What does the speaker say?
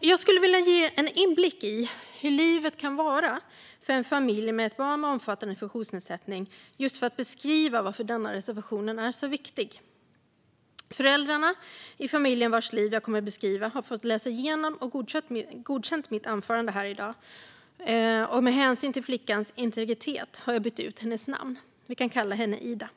Jag skulle vilja ge en inblick i hur livet kan vara för en familj med ett barn med omfattande funktionsnedsättning, just för att beskriva varför denna reservation är viktig. Föräldrarna i familjen vars liv jag kommer att beskriva har läst igenom och godkänt mitt anförande som jag håller här i dag. Av hänsyn till flickans integritet har jag bytt ut hennes namn. Vi kan kalla henne Ida.